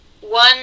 one